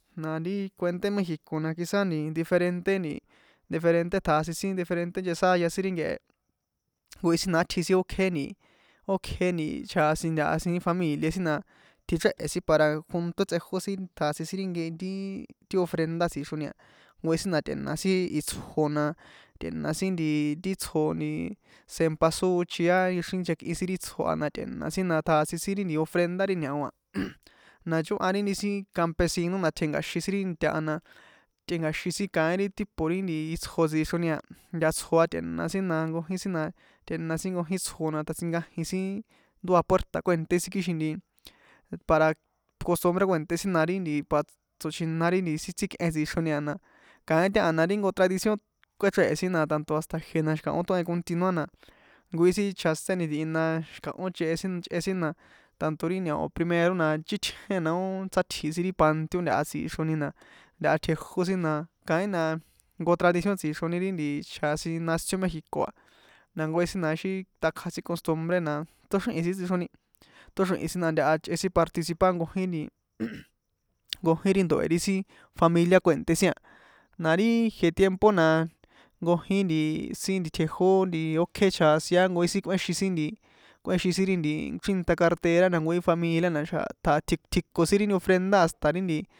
Na ri kuenté mexico na quizá nti diferente nti diferente tjasin sin diferente nchsáya ri nkehe a nkojín sin sátsji ókje nti ókje nti chjasin ntaha siín famílie sin na tjichréhe̱ sin para juntoé tsꞌejó sin tjasin sin ri nkehe riiii ti ofrenda tsixroni a nkojin sin na tꞌe̱na sin itsjo na tꞌe̱na sin ti itsjo cempasuchi a nkexri nchekꞌin ri itsjo á na tꞌe̱na sin na tjasin sin ri ofrenda ri ñao a na nchóha ri sin campesino na te̱nka̱xin sin ri inta ha na tꞌe̱nka̱xin kaín ri tipo ri itsjo tsixroni a ntatsjo tꞌe̱na sin na nkojin sin na tꞌe̱na sin nkojin itsjo na tjasinkajin sin ndója puerta kue̱nte sin para costubre ó kue̱nté sin na para tso̱chjina ri sin tsíkꞌe tsixroni a na kain taha na ri jnko tradicio kꞌuéchrehe sin na tanto hasta ijie na xi̱kaho tohen continuar na nkojin sin chjaséni ntihi na xi̱kaho chehe ichꞌe sin na tanto ri ñao primero na nchítjen na ó sátsji̱ sin ri panteo tsixroni ri nti chjasin nación mexico a na kojin na ixi takja ri costubre na tóxrihin sin tsixroni tsoxrihi sin na ntaha chꞌe sin participar nkojin nti nkojin ri ndoe ri sin familia kue̱nté sin a na ri iji tiempo na nkojin nti sin nti tjejó ókje chjasin a nkojin sin kꞌuéxin sin nti kꞌuexin sin ri nti chrinta ri carretera na nkojin familia naxa̱ tjiko sin ri ofrenda a hasta chríta.